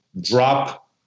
drop